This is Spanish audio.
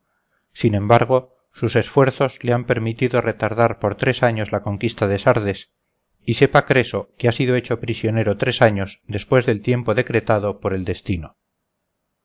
sin embargo sus esfuerzos le han permitido retardar por tres años la conquista de sardes y sepa creso que ha sido hecho prisionero tres años después del tiempo decretado por el destino